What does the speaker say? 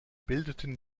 bildeten